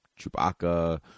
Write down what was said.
chewbacca